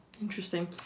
interesting